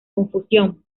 confusión